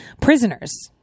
prisoners